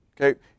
okay